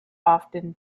often